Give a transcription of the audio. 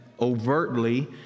overtly